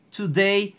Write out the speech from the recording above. today